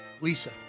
Lisa